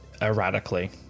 erratically